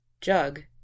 Jug